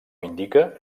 indica